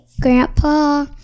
grandpa